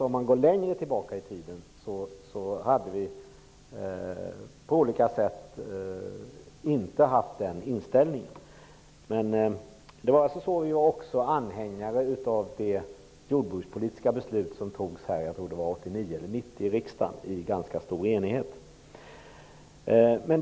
Om man går längre tillbaka i tiden är det riktigt att vi då inte hade haft den inställningen. Vi var också anhängare av det jordbrukspolitiska beslut som fattades i ganska stor enighet här i riksdagen 1989 eller om det var 1990.